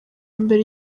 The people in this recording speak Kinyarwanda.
mbere